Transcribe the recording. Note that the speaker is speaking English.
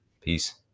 Peace